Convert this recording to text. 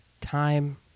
time